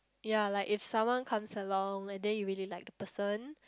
ya like if someone comes along and then you really like the person